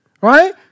Right